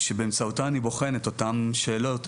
שבאמצעותה אני בוחן את אותן שאלות,